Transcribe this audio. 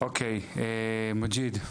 אוקי, מג'יד.